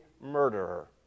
murderer